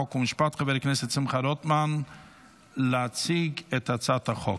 חוק ומשפט חבר הכנסת שמחה רוטמן להציג את הצעת החוק.